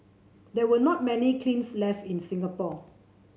there were not many kilns left in Singapore